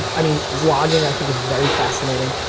i mean vlogging i think is very fascinating.